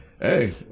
Hey